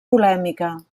polèmica